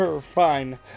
Fine